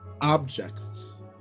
objects